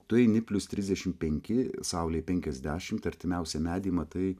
tu eini plius trisdešimt penki saulei penkiasdešimt artimiausią medį matai